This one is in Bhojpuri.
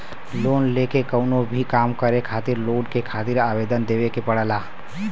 लोन लेके कउनो भी काम करे खातिर लोन के खातिर आवेदन देवे के पड़ला